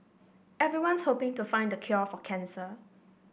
everyone's hoping to find the cure for cancer